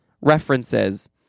references